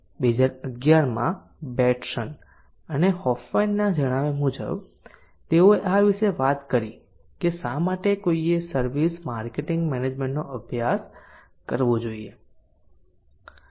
2011 માં બેટ્સન અને હોફમેનના જણાવ્યા મુજબ તેઓએ આ વિશે વાત કરી કે શા માટે કોઈએ સર્વિસ માર્કેટિંગ મેનેજમેન્ટનો અભ્યાસ કરવો જોઈએ